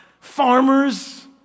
farmers